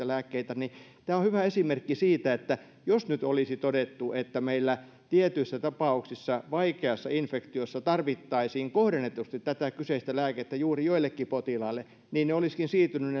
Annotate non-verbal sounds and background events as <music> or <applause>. <unintelligible> lääkkeitä tämä on hyvä esimerkki siitä että jos nyt olisi todettu että meillä tietyissä tapauksissa vaikeassa infektiossa tarvittaisiin kohdennetusti tätä kyseistä lääkettä juuri joillekin potilaille niin ne lääkkeet olisivatkin siirtyneet <unintelligible>